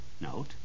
note